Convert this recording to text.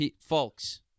Folks